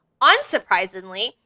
unsurprisingly